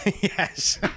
Yes